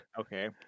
Okay